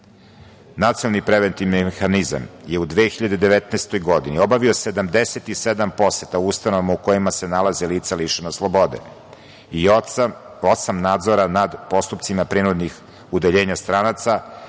slobode. Nacionalni preventivni mehanizam je u 2019. godini obavio 77 poseta u ustanovama u kojima se nalaze lica lišena slobode i osam nadzora nad postupcima prinudnih udaljenja stranaca,